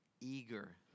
eager